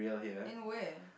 in where